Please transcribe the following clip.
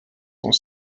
sont